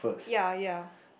ya ya